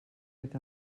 fet